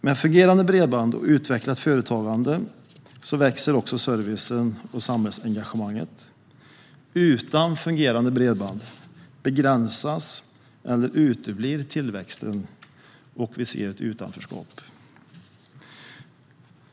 Med fungerande bredband och utvecklat företagande växer också servicen och samhällsengagemanget. Utan fungerande bredband begränsas eller uteblir tillväxt, och vi ser ett utanförskap.